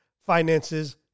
finances